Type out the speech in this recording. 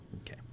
okay